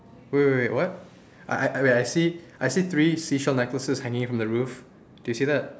wait wait wait what I wait I I see three seashell necklaces hanging from the roof do you see that